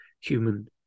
human